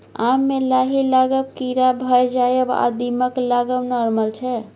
आम मे लाही लागब, कीरा भए जाएब आ दीमक लागब नार्मल छै